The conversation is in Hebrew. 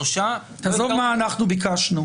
שלושה --- עזוב מה אנחנו ביקשנו.